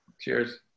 Cheers